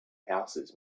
houses